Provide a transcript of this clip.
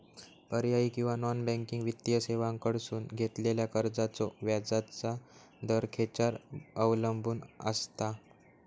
पर्यायी किंवा non banking वित्तीय सेवांकडसून घेतलेल्या कर्जाचो व्याजाचा दर खेच्यार अवलंबून आसता?